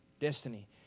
destiny